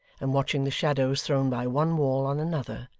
and watching the shadows thrown by one wall on another,